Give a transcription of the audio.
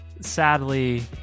sadly